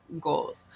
goals